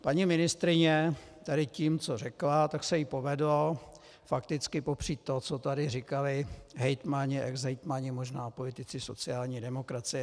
Paní ministryně tady tím, co řekla, tak se jí povedlo fakticky popřít to, co tady říkali hejtmani, exhejtmani, možná politici sociální demokracie.